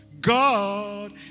God